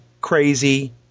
crazy